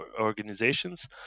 organizations